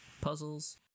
puzzles